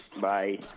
Bye